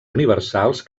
universals